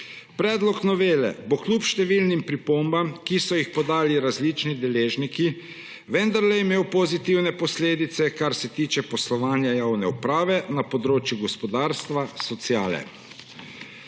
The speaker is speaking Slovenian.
Predlog novele bo kljub številnim pripombam, ki so jih podali različni deležniki, vendarle imel pozitivne posledice, kar se tiče poslovanja javne uprave na področju gospodarstva, sociale.